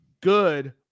good